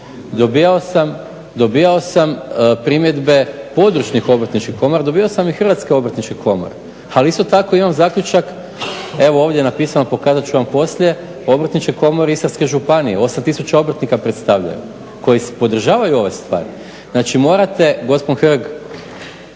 Dobivao sam primjedbe područnih obrtničkih komora, dobivao sam i hrvatske obrtničke komore, ali isto tako imam zaključak, evo ovdje napisano, pokazat ću vam poslije, Obrtničke komore Istarske županije, 8000 obrtnika predstavljaju koji podržavaju ove stvari. Znači morate gospon Hrg,